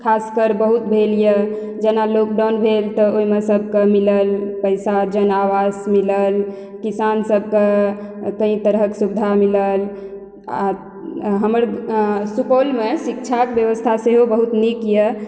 खास कर बहुत भेल यऽ जेना लॉकडाउन भेल तऽ ओइमे सबके मिलल पैसा जान आवास मिलल किसान सबके कइ तरहक सुविधा मिलल आओर हमर सुपौलमे शिक्षाक व्यवस्था सेहो बहुत नीक यऽ